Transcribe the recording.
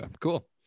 cool